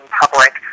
public